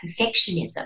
perfectionism